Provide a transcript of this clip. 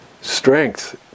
strength